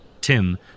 Tim